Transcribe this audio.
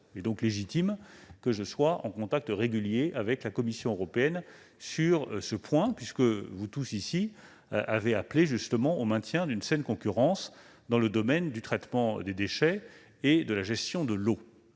Il est donc légitime que je sois en contact régulier avec la Commission européenne sur ce point. Vous avez unanimement appelé à juste titre au maintien d'une saine concurrence dans le domaine du traitement des déchets et de la gestion de l'eau.